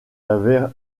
avaient